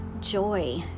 joy